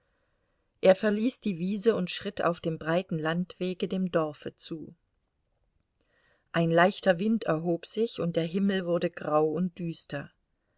er verließ die wiese und schritt auf dem breiten landwege dem dorfe zu ein leichter wind erhob sich und der himmel wurde grau und düster